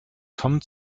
kommt